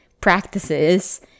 practices